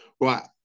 Right